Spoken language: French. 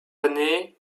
années